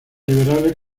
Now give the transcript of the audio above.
liberales